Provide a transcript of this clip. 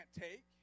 take